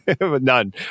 none